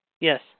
Yes